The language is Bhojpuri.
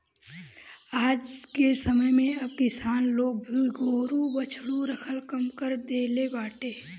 आजके समय में अब किसान लोग भी गोरु बछरू रखल कम कर देले बाटे